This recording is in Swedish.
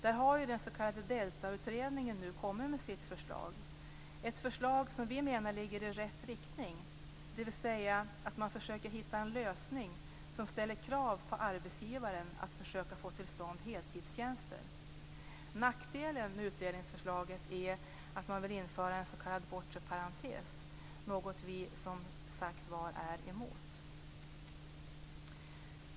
Där har ju den s.k. DELTA-utredningen nu kommit med sitt förslag, ett förslag som vi menar ligger i rätt riktning, dvs. att man försöker hitta en lösning som ställer krav på arbetsgivaren att försöka få till stånd heltidstjänster. Nackdelen med utredningsförslaget är att man vill införa en s.k. bortre parentes, något som vi som sagt var är emot.